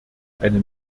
eine